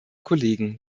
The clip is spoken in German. kollegen